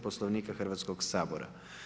Poslovnika Hrvatskog sabora.